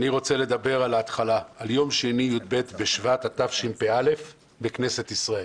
אני רוצה לדבר על התחלה על יום שני י"ב בשבט התשפ"א בכנסת ישראל.